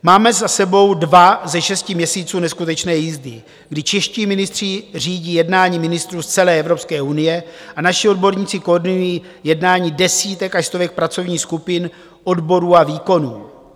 Máme za sebou dva ze šesti měsíců neskutečné jízdy, kdy čeští ministři řídí jednání ministrů z celé Evropské unie a naši odborníci koordinují jednání desítek až stovek pracovních skupin, odborů a výkonů.